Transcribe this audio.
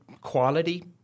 quality